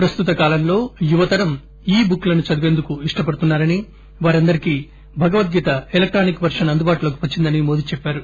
ప్రస్తుత కాలంలో యువతరం ఈ బుక్ లను చదివేందుకు ఇష్టపడుతున్నా రని వారందరికీ భగవద్గీత ఎలక్టానిక్ వర్షన్ అందుబాటులోకి వచ్చిందని మోదీ చెప్పారు